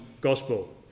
Gospel